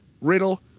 Riddle